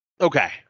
Okay